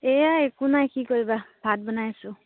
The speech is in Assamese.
এয়াই একো নাই কি কৰিবা ভাত বনাই আছোঁ